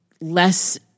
less